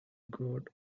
god